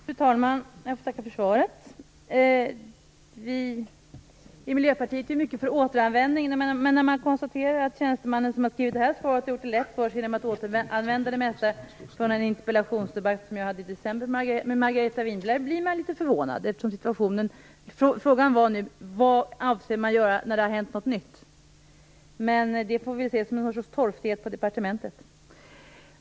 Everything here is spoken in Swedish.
Fru talman! Jag får tacka för svaret. Vi i Miljöpartiet är mycket för återanvändning, men när man konstaterar att tjänstemannen som har skrivit det här svaret har gjort det lätt för sig genom att återanvända det mesta från den interpellationsdebatt som jag hade i december med Margareta Winberg blir man litet förvånad. Frågan var nu: Vad avser man att göra när det har hänt något nytt? Vi får väl se det som någon sorts torftighet på departementet.